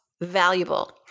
valuable